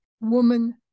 woman